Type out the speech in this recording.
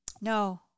No